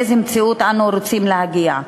לאיזו מציאות אנו רוצים להגיע.